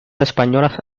españolas